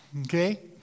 Okay